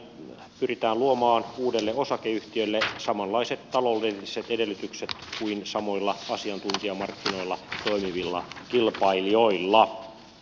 pyritään luomaan uudelle osakeyhtiölle samanlaiset taloudelliset edellytykset kuin samoilla asiantuntijamarkkinoilla toimivilla kilpailijoilla